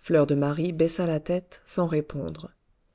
fleur de marie baissa la tête sans répondre